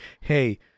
hey